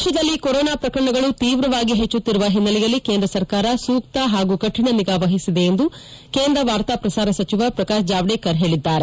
ದೇಶದಲ್ಲಿ ಕೊರೊನಾ ಪ್ರಕರಣಗಳು ತೀವ್ರವಾಗಿ ಹೆಚ್ಚುತ್ತಿರುವ ಹಿನ್ನೆಲೆಯಲ್ಲಿ ಕೇಂದ್ರ ಸರ್ಕಾರ ಸೂಕ್ತ ಹಾಗೂ ಕಠಿಣ ನಿಗಾ ವಹಿಸಿದೆ ಎಂದು ಕೇಂದ್ರ ವಾರ್ತಾ ಪ್ರಸಾರ ಸಚಿವ ಪ್ರಕಾಶ್ ಜಾವಡೇಕರ್ ಹೇಳಿದ್ದಾರೆ